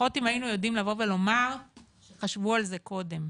לפחות אם היינו יודעים לבוא ולומר שחשבו על זה קודם.